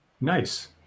Nice